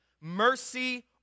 mercy